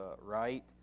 right